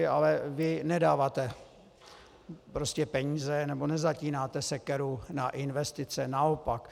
Ale vy nedáváte peníze nebo nezatínáte sekeru na investice, naopak.